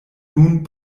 nun